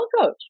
coach